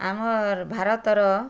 ଆମର୍ ଭାରତର